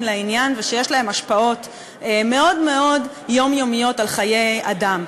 לעניין ושיש להם השפעות מאוד יומיומיות על חיי אדם.